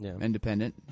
independent